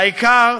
והעיקר,